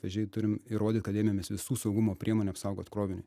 vėžėjai turim įrodyt kad ėmėmės visų saugumo priemonių apsaugot krovinį